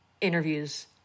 interviews